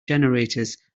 generators